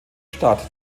stadt